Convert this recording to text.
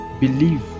believe